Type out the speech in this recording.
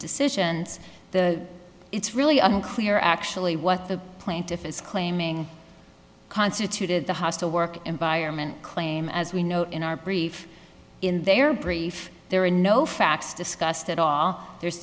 decision and the it's really unclear actually what the plaintiff is claiming constituted the hostile work environment claim as we know in our brief in their brief there were no facts discussed at all there's